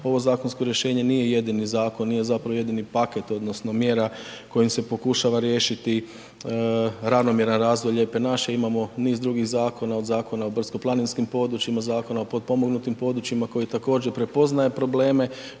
ovo zakonsko rješenje nije jedini zakon, nije zapravo jedini paket odnosno mjera kojim se pokušava riješiti ravnomjeran razvoj lijepe naše, imamo niz drugih zakona, od Zakona o brdsko planinskim područjima, Zakona o potpomognutim područjima koji također prepoznaje probleme,